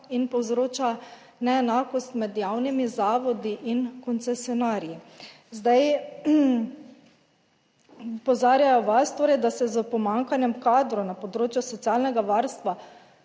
in povzroča neenakost med javnimi zavodi in koncesionarji. Opozarjajo vas torej, da se s pomanjkanjem kadrov na področju socialnega varstva